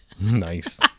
Nice